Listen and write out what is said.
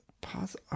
pause